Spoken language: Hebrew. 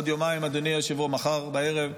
עוד יומיים, אדוני, מחר בערב,